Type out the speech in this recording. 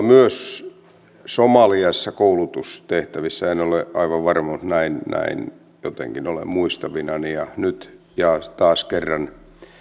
myös somaliassa koulutustehtävissä en ole aivan varma näin jotenkin olen muistavinani ja taas kerran